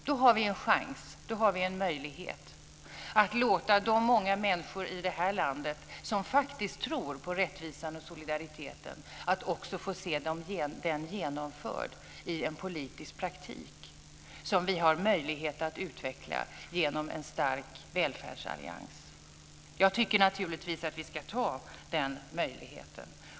Då har vi en chans och en möjlighet att låta de många människor i detta land som faktiskt tror på rättvisan och solidariteten också få se dem genomförda i en politisk praktik som vi har möjlighet att utveckla genom en stark välfärdsallians. Jag tycker naturligtvis att vi ska ta den möjligheten.